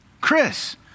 Chris